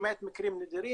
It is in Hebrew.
למעט מקרים נדירים.